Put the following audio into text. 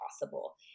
possible